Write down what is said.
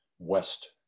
West